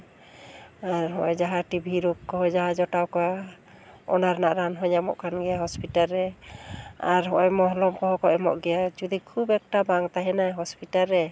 ᱟᱨ ᱦᱚᱸᱜᱼᱚᱭ ᱡᱟᱦᱟᱸ ᱴᱤᱵᱷᱤ ᱨᱳᱜᱽᱠᱚᱦᱚᱸ ᱡᱟᱦᱟᱸᱭ ᱡᱚᱴᱟᱣ ᱠᱚᱣᱟ ᱚᱱᱟ ᱨᱮᱱᱟᱜ ᱨᱟᱱ ᱦᱚᱸ ᱧᱟᱢᱚᱜ ᱠᱟᱱ ᱜᱮᱭᱟ ᱦᱚᱥᱯᱤᱴᱟᱞ ᱨᱮ ᱟᱨ ᱦᱚᱸᱜᱼᱚᱭ ᱢᱚᱦᱞᱚᱢ ᱠᱚᱦᱚᱸᱠᱚ ᱮᱢᱚᱜ ᱜᱮᱭᱟ ᱡᱩᱫᱤ ᱠᱷᱩᱵᱽ ᱮᱠᱴᱟ ᱵᱟᱝ ᱛᱟᱦᱮᱱᱟ ᱦᱚᱥᱯᱤᱴᱟᱞ ᱨᱮ